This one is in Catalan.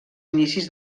inicis